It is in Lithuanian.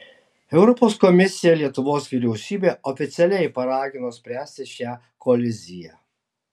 europos komisija lietuvos vyriausybę oficialiai paragino spręsti šią koliziją